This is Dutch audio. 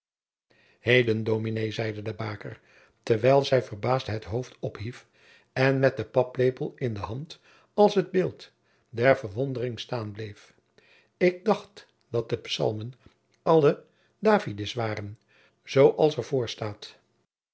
heden dominé zeide de baker terwijl zij verbaasd het hoofd ophief en met den paplepel in de hand als het beeld der verwondering staan bleef ik dacht dat de psalmen alle davidis waren zoo